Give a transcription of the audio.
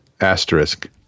asterisk